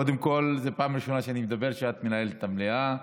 קודם כול זו פעם ראשונה שאני מדבר כשאת מנהלת המליאה,